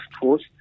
force